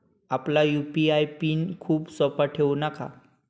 आपला UPI PIN खूप सोपा ठेवू नका